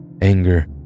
anger